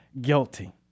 guilty